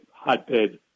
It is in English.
Hotbed